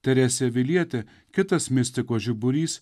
teresė avilietė kitas mistikos žiburys